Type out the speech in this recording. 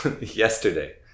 yesterday